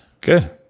Good